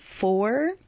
four